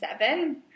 seven